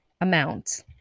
amount